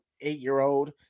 eight-year-old